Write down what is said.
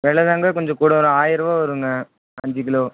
விலதாங்க கொஞ்சம் கூட வரும் ஆயரூபா வரும்ங்க அஞ்சிக் கிலோ